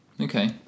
Okay